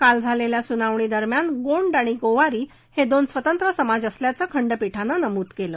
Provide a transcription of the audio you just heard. काल झालेल्या सुनावणी दरम्यान गोंड आणि गोवारी हे दोन स्वतंत्र समाज असल्याचं खंडपीठानं नमूद केलं